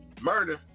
murder